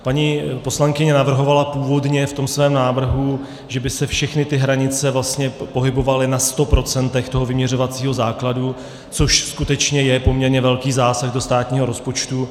Paní poslankyně navrhovala původně ve svém návrhu, že by se všechny ty hranice vlastně pohybovaly na 100 % vyměřovacího základu, což skutečně je poměrně velký zásah do státního rozpočtu.